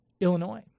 Illinois